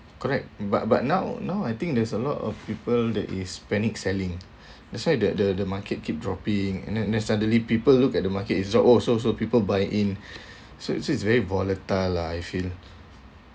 correct but but now now I think there's a lot of people that is panic selling that's why the the the market keep dropping and then and then suddenly people look at the market is also so people buy in so it's it's very volatile lah I feel